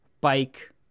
Bike